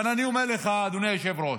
אבל אני אומר לך, אדוני היושב-ראש,